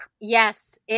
Yes